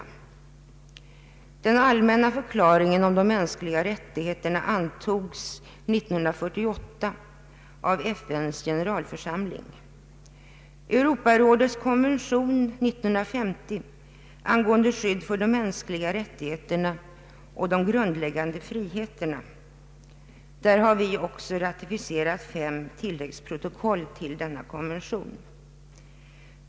Vi har också antagit den allmänna förklaringen om de mänskliga rättigheterna, som antogs av FN:s generalförsamling 1948. Vidare: Europarådets konvention 1950 angående skydd för de mänskliga rättigheterna och de grundläggande friheterna — vi har också ratificerat fem tilläggsprotokoll till den konventionen.